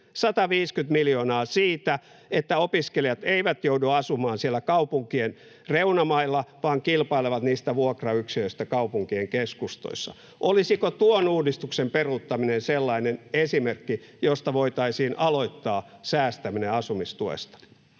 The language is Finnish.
150 miljoonaa siitä, että opiskelijat eivät joudu asumaan siellä kaupunkien reunamailla vaan kilpailevat niistä vuokrayksiöistä kaupunkien keskustoissa. Olisiko tuon uudistuksen peruuttaminen sellainen esimerkki, josta voitaisiin aloittaa säästäminen asumistuesta?